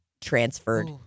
transferred